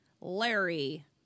Larry